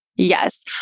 Yes